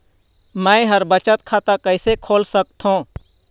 मै ह बचत खाता कइसे खोल सकथों?